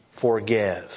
forgive